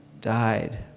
died